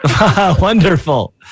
Wonderful